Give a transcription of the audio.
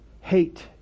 Hate